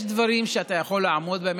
יש דברים שאתה יכול לעמוד בהם,